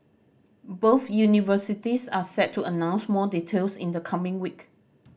both universities are set to announce more details in the coming week